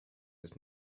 was